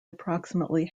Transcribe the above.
approximately